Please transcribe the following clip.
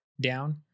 down